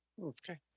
Okay